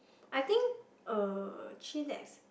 I think uh chillax